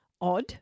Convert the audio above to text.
odd